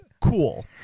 Cool